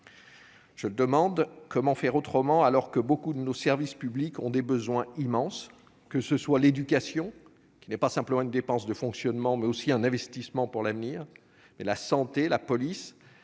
question : comment faire autrement, alors que beaucoup de nos services publics ont des besoins immenses, qu'il s'agisse de l'éducation, qui n'est pas simplement une dépense de fonctionnement, mais aussi un investissement pour l'avenir, de la santé ou de la police ?